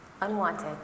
unwanted